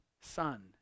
son